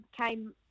came